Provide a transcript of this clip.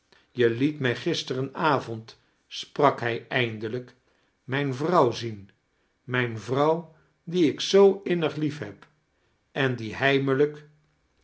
je liet mij gisterenavond sprak hij eindelijk mijne vrouw zien mijne vrouw die ik zoo innig liefheb en die